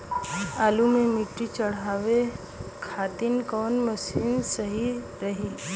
आलू मे मिट्टी चढ़ावे खातिन कवन मशीन सही रही?